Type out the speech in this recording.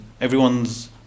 everyone's